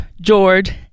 George